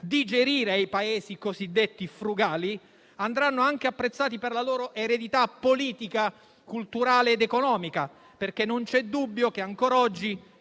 digerire ai Paesi cosiddetti frugali andranno anche apprezzati per la loro eredità politica, culturale ed economica, perché non c'è dubbio che, ancora oggi,